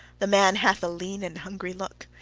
the man hath a lean and hungry look.